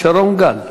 שרון גל.